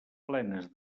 plenes